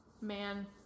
man